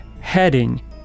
heading